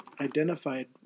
identified